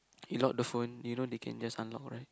you lock the phone you know they can just unlock right